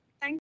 Thank